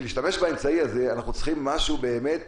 להשתמש באמצעי הזה אנחנו צריכים משהו באמת